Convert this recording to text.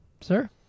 sir